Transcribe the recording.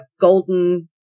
golden